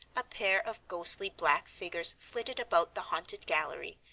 a pair of ghostly black figures flitted about the haunted gallery,